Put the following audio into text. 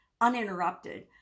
uninterrupted